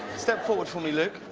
step forward for me, luke,